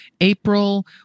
April